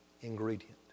ingredient